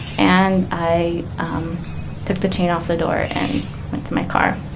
and i um took the chain off the door and went to my car.